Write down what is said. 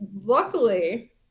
luckily